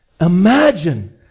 Imagine